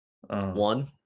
One